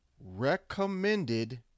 recommended